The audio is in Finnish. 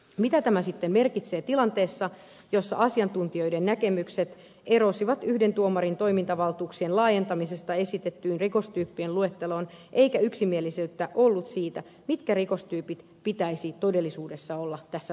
mitä tämä sitten merkitsee tilanteessa jossa asiantuntijoiden näkemykset erosivat yhden tuomarin toimintavaltuuksien laajentamisesta esitettyyn rikostyyppien luetteloon eikä yksimielisyyttä ollut siitä mitkä rikostyypit pitäisi todellisuudessa olla tässä luettelossa